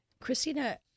Christina